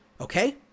Okay